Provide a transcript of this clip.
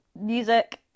Music